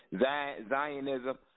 Zionism